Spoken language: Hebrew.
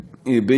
טוב,